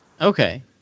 okay